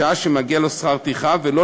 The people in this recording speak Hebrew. שעה שמגיע לו שכר טרחה,